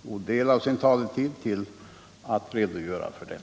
stor del av sin taletid till att redogöra för den.